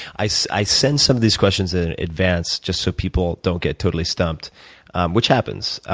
i so i send some of these question so in advance just so people don't get totally stumped which happens.